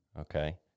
Okay